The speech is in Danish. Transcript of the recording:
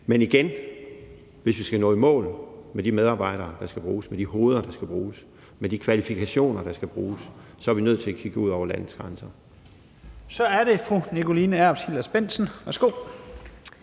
jeg sige, at hvis vi skal nå i mål med de medarbejdere, der skal bruges, med de hoveder, der skal bruges, med de kvalifikationer, der skal bruges, så er vi nødt til at kigge ud over landets grænser. Kl. 11:31 Første næstformand (Leif